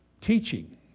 Teaching